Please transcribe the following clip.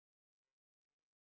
ya we got